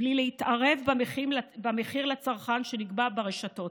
בלי להתערב במחיר לצרכן שנקבע ברשתות